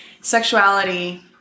sexuality